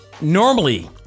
normally